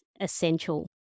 essential